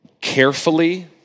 Carefully